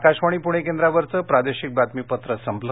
आकाशवाणी पुणे केंद्रावरचं प्रादेशिक बातमीपत्र संपलं